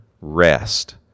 rest